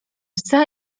psa